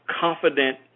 Confident